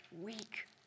week